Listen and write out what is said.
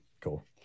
Cool